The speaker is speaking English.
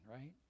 right